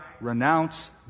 renounce